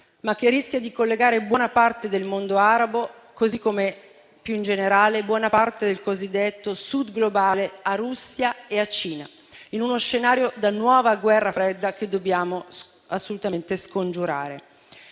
ma che rischia di collegare buona parte del mondo arabo, così come più in generale buona parte del cosiddetto Sud globale, a Russia e a Cina, in uno scenario da nuova Guerra fredda che dobbiamo assolutamente scongiurare.